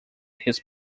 his